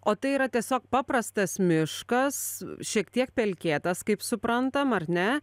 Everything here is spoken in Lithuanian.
o tai yra tiesiog paprastas miškas šiek tiek pelkėtas kaip suprantam ar ne